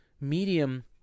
medium